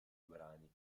brani